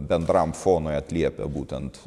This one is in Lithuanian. bendram fonui atliepia būtent